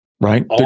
right